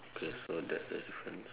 okay so that's the difference